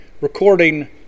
recording